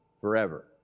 forever